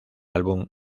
álbum